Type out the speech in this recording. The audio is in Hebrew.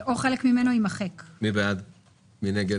כן, במסגרת